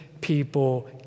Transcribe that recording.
people